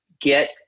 get